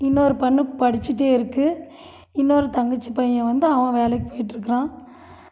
இன்னொரு பொண்ணு படித்திட்டே இருக்குது இன்னொரு தங்கச்சி பையன் வந்து அவன் வேலைக்கு போயிட்டிருக்குறான்